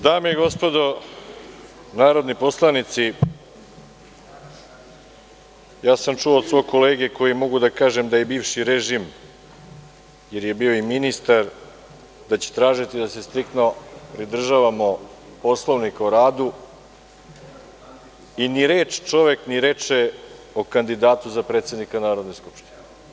Dame i gospodo narodni poslanici, čuo sam od svog kolege, koji, mogu da kažem, je bivši rešim, jer je bio i ministar, da će tražiti da se striktno pridržavamo Poslovnika o radu i ni reč čovek ne reče o kandidatu za predsednika Narodne skupštine.